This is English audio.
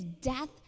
death